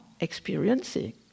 experiencing